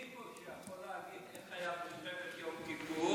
אני היחידי פה שיכול להגיד איך היה במלחמת יום כיפור.